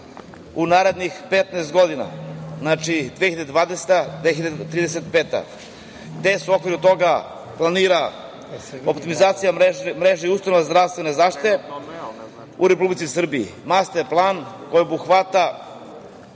u narednih 15 godina, znači 2020-2035. godina, gde se u okviru toga planira optimizacija mreže i ustanova zdravstvene zaštite u Republici Srbiji. Master plan koji obuhvata